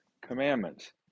Commandments